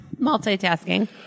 multitasking